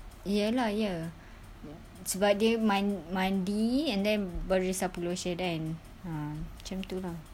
ya lah ya sebab dia man~ mandi and then baru sapu lotion then ah macam tu lah